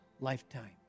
lifetime